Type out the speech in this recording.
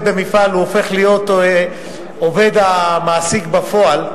במפעל הוא הופך להיות עובד המעסיק בפועל,